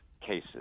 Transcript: cases